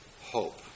hope